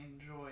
enjoy